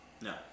No